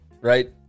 right